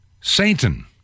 Satan